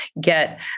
get